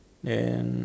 then